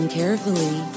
carefully